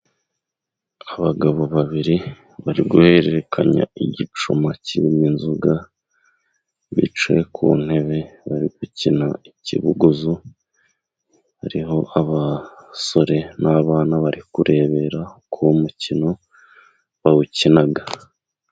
Abagabo babiri bari guhererekanya igicuma kirimo inzoga bicaye ku ntebe bari gukina ikibuguzo. Hariho abasore n'abana bari kurebera uko mukino bawukina.